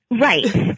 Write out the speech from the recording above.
Right